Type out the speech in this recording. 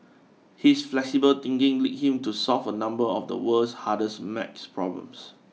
his flexible thinking lead him to solve a number of the world's hardest math problems